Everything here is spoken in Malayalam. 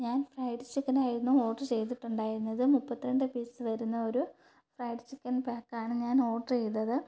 ഞാൻ ഫ്രൈഡ് ചിക്കനായിരുന്നു ഓഡർ ചെയ്തിട്ടുണ്ടായിരുന്നത് മുപ്പത്തി രണ്ട് പീസ് വരുന്ന ഒരു ഫ്രൈഡ് ചിക്കൻ പാക്കാണ് ഞാൻ ഓഡര് ചെയ്തത്